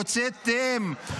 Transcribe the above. מלביצקי, בבקשה.